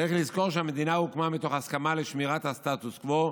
צריך לזכור שהמדינה הוקמה מתוך הסכמה לשמירת הסטטוס קוו,